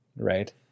Right